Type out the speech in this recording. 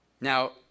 Now